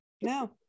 No